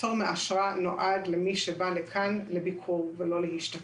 הפטור מאשרה נועד למי שבא לכאן לביקור ולא להשתקעות,